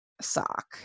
sock